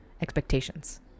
expectations